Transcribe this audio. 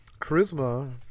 charisma